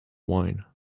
wine